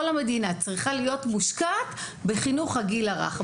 המדינה צריכה להיות מושקעת בחינוך הגיל הרך.